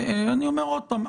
אני אומר עוד פעם,